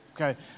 Okay